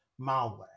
malware